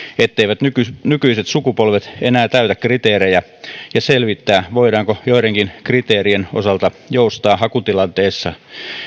etteivät nykyiset nykyiset sukupolvet enää täytä kriteerejä ja selvittää voidaanko joidenkin kriteerien osalta joustaa hakutilanteessa